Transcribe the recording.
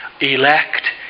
elect